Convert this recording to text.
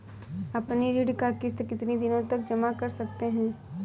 अपनी ऋण का किश्त कितनी दिनों तक जमा कर सकते हैं?